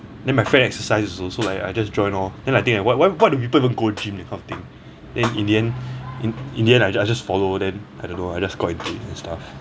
then my friends exercise also so like I just join lor then I think like why why why do people even go gym that kind of thing then in the end in the end I just follow and I don't know I just go and gym and stuff